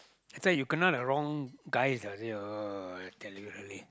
I thought you kena the wrong guys ah !aiyo! I tell you really